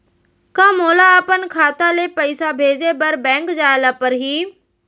का मोला अपन खाता ले पइसा भेजे बर बैंक जाय ल परही?